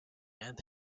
and